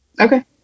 Okay